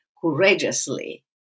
courageously